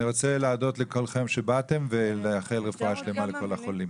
אני רוצה להודות לכולכם שבאתם ולאחל רפואה שלמה לכל החולים.